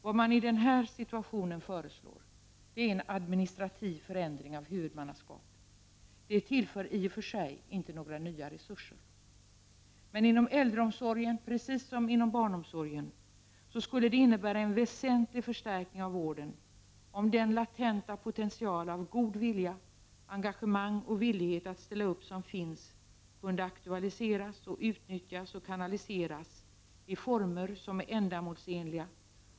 Vad man i den här situationen föreslår är en administrativ förändring av huvudmannaskapet. Det tillför i och föt sig inte några nya resurser. Men inom äldreomsorgen, precis som inom barnomsorgen, skulle det innebära en väsentlig förstärkning av vården, om den potential som finns av god vilja, engagemang och villighet att ställa upp kunde aktualiseras, utnyttjas och kanaliseras i former som är ändamålsenliga.